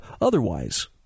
otherwise